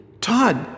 Todd